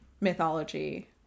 mythology